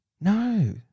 No